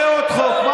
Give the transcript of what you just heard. בן